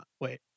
Wait